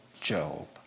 Job